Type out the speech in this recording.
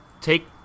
Take